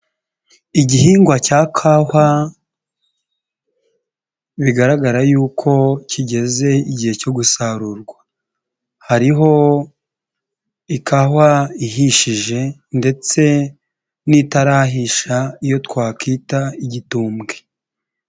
Igihingwa cya kahwa, bigaragara yuko kigeze igihe cyo gusarurwa, hariho ikahwa ihishije ndetse n'itarahisha, iyo twakwita igitumbwe.